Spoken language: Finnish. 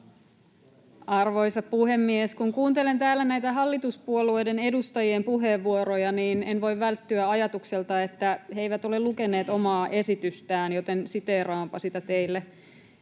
Arvoisa puhemies! Kun kuuntelen täällä näitä hallituspuolueiden edustajien puheenvuoroja, en voi välttyä ajatukselta, että he eivät ole lukeneet omaa esitystään. Joten siteeraanpa sitä teille.